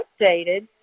updated